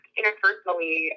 Interpersonally